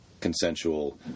consensual